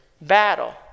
battle